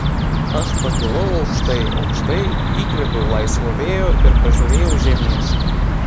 aš pakilau aukštai aukštai įkvėpiau laisvo vėjo ir pažiūrėjau žemyn